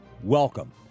Welcome